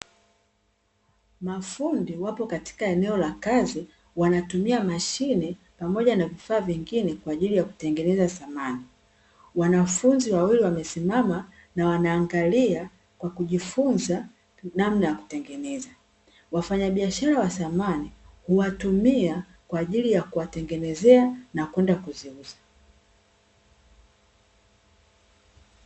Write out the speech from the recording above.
Mafundi wapo katika eneo la kazi wanatumia mashine pamoja na vifaa vingine kwa ajili ya kutengeneza samani, wanafunzi wawili wamesimama na wanaangalia kwa kujifunza namna ya kutengeneza, wafanyabiashara wa samani huwatumia kwa ajili ya kuwatengenezea na kwenda kuziuza.